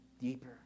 deeper